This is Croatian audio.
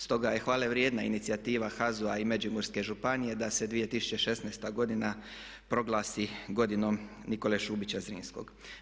Stoga je hvale vrijedna inicijativa HAZU-a i Međimurske županije da se 2016. godina proglasi godinom Nikole Šubića Zrinskog.